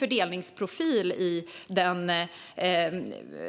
Men i den